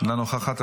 אינה נוכחת,